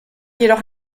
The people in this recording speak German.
jedoch